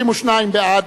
מי בעד?